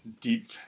deep